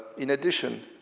in addition,